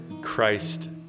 Christ